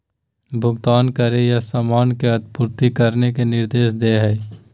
भुगतान करे या सामान की आपूर्ति करने के निर्देश दे हइ